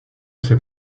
ses